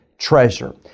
Treasure